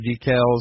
details